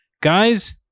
Guys